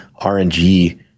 rng